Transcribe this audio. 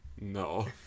No